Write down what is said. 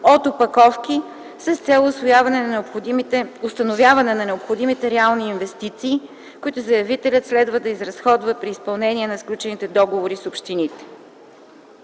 от опаковки с цел установяване на необходимите реални инвестиции, които заявителят следва да изразходва при изпълнение на сключените договори с общините.